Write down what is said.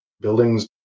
Buildings